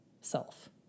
self